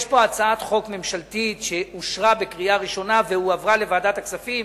יש פה הצעת חוק ממשלתית שאושרה בקריאה ראשונה והועברה לוועדת הכספים,